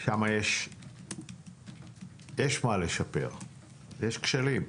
יש מה לשפר שם, יש כשלים.